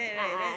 a'ah